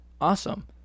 awesome